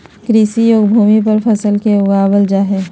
कृषि योग्य भूमि पर फसल के उगाबल जा हइ